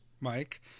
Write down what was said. Mike